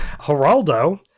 Geraldo